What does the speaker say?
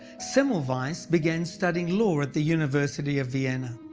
semmelweis began studying law at the university of vienna.